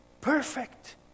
perfect